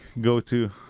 go-to